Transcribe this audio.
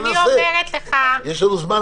אני אומרת לך,